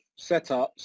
setups